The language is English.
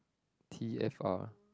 t_f_r